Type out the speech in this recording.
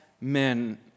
men